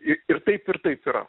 i ir taip ir taip yra